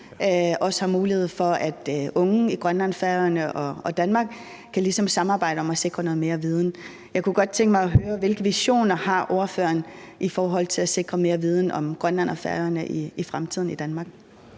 DUF har mulighed for, at unge i Grønland, Færøerne og Danmark ligesom kan samarbejde om at sikre noget mere viden. Jeg kunne godt tænke mig at høre, hvilke visioner ordføreren har i forhold til at sikre mere viden om Grønland og Færøerne i fremtiden i Danmark.